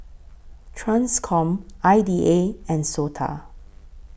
TRANSCOM I D A and Sota